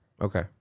okay